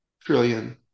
trillion